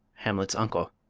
hamlet's uncle.